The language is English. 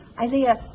Isaiah